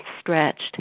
stretched